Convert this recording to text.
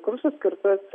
kursas skirtas